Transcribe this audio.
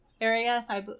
area